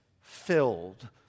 filled